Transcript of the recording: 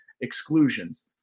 exclusions